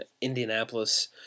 Indianapolis